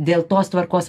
dėl tos tvarkos